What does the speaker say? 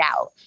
out